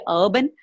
urban